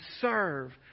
serve